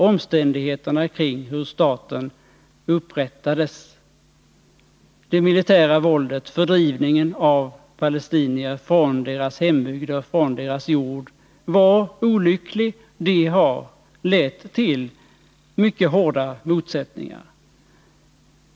Omständigheterna kring statens upprättande, det militära våldet, fördrivningen av palestinier från deras hembygd och deras jord var olyckliga faktorer och har lett till mycket hårda motsättningar.